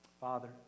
Father